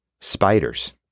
Spiders